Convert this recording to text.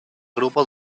grupo